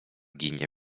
ginie